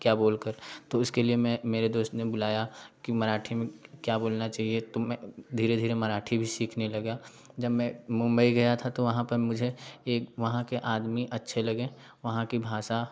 क्या बोल कर तो उसके लिए मैं मेरे दोस्त ने बुलाया कि मराठी में क्या बोलना चाहिए तो मैं धीरे धीरे मराठी भी सीखने लगा जब मैं मुंबई गया था तो वहाँ पर मुझे एक वहाँ के आदमी अच्छे लगे वहाँ कि भाषा